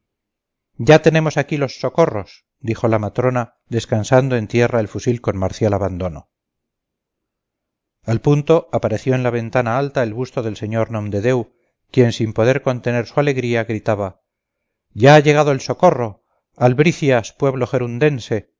ya tenemos ahí los socorros dijo la matrona descansando en tierra el fusil con marcial abandono al punto apareció en la ventana alta el busto del sr nomdedeu quien sin poder contener su alegría gritaba ya ha llegado el socorro albricias pueblo